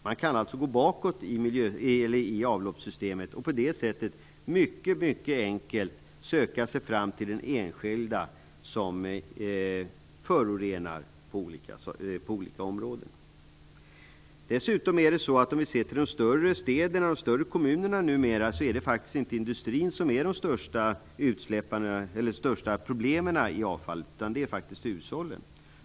Man kan gå bakåt i avloppssystemet och på det sättet mycket enkelt söka sig fram till den som förorenar. I de större städerna och kommunerna är det inte industrin som utgör de största problemen, utan det är faktiskt hushållen.